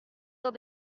dans